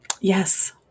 yes